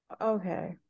Okay